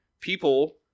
people